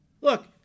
Look